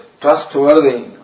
trustworthy